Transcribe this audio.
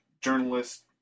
journalist